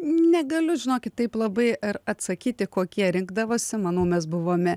negaliu žinokit taip labai ir atsakyti kokie rinkdavosi manau mes buvome